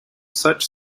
such